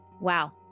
Wow